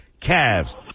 Cavs